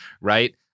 right